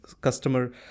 customer